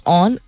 on